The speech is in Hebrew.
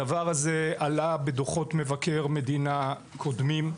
הדבר הזה עלה בדוחות מבקר מדינה קודמים.